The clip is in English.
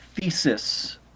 thesis